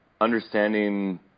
understanding